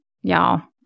Y'all